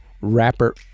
rapper